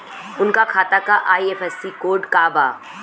उनका खाता का आई.एफ.एस.सी कोड का बा?